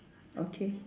okay